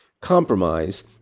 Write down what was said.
compromise